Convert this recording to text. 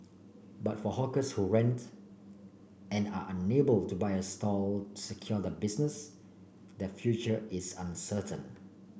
but for hawkers who rent and are unable to buy a stall secure the business the future is uncertain